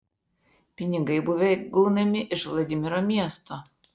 pinigai buvę gaunami iš vladimiro miesto